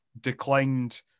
declined